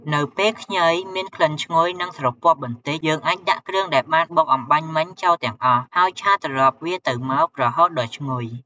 នៅពេលខ្ញីមានក្លិនឈ្ញុយ និងស្រពាប់បន្តិច យើងអាចដាក់គ្រឿងដែលបានបុកអំបាញ់មិញចូលទាំងអស់ ហើយឆាត្រឡប់វាទៅមក រហូតដល់ឈ្ងុយ។